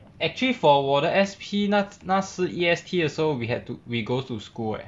actually for 我的 S_P 那那时 E_S_T 的时候 we had to we go to school leh